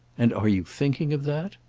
and are you thinking of that?